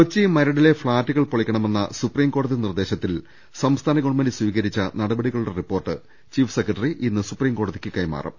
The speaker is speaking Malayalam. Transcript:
കൊച്ചി മരടിലെ ഫ്ളാറ്റുകൾ പൊളിക്കണമെന്ന സുപ്രീംകോടതി നിർദേശത്തിൽ സംസ്ഥാന ഗവൺമെന്റ് സ്വീകരിച്ച നടപടികളുടെ റിപ്പോർട്ട് ചീഫ് സെക്രട്ടറി ഇന്ന് സുപ്രീംകോടതിക്ക് കൈമാറും